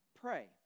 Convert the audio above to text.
Pray